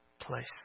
place